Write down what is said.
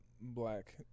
black